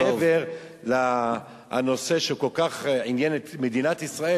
מעבר לנושא שכל כך עניין את מדינת ישראל,